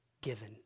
given